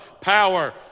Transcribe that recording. Power